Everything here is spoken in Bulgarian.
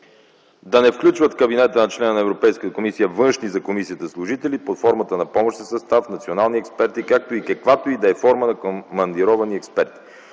да не включват в кабинета на члена на Европейската комисия външни за Комисията служители под формата на помощен състав, национални експерти, както и каквото и да е форма на командировани експерти.